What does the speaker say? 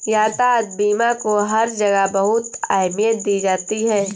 यातायात बीमा को हर जगह बहुत अहमियत दी जाती है